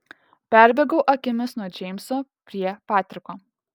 perbėgau akimis nuo džeimso prie patriko